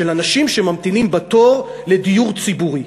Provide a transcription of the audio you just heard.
של אנשים שממתינים בתור לדיור ציבורי.